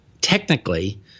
technically